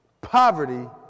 poverty